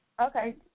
Okay